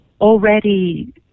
already